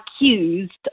accused